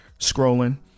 scrolling